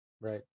Right